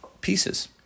pieces